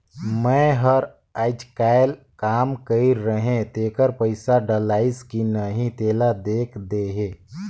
मै हर अईचकायल काम कइर रहें तेकर पइसा डलाईस कि नहीं तेला देख देहे?